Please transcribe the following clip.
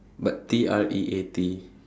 what T R E A T